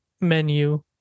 menu